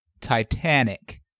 Titanic